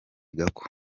gako